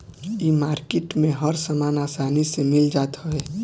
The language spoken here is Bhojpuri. इ मार्किट में हर सामान आसानी से मिल जात हवे